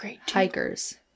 hikers